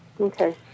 Okay